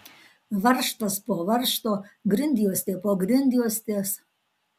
varžtas po varžto grindjuostė po grindjuostės